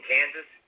Kansas